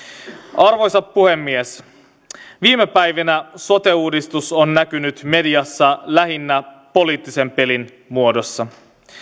arvoisa puhemies viime päivinä sote uudistus on näkynyt mediassa lähinnä poliittisen pelin muodossa